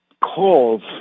calls